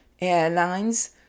airlines